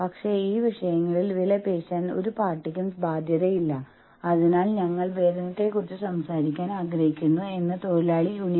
തുടർന്ന് നമ്മൾക്ക് ലാഭ പങ്കിടലും ജീവനക്കാരുടെ ഓഹരി ഉടമസ്ഥാവകാശ പദ്ധതികളും ഉണ്ട്